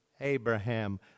Abraham